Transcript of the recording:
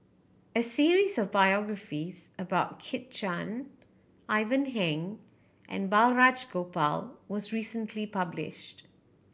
a series of biographies about Kit Chan Ivan Heng and Balraj Gopal was recently published